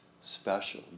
special